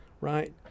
right